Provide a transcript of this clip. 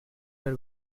are